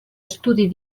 estudi